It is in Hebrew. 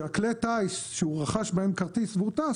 שכלי הטיס שהוא רכש בהם כרטיס והוא טס,